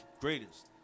greatest